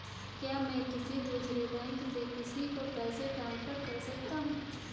क्या मैं किसी दूसरे बैंक से किसी को पैसे ट्रांसफर कर सकता हूँ?